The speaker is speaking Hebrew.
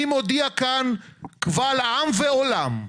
אני מודיע כאן קבל עם ועולם,